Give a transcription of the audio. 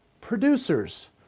producers